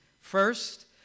First